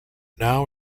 now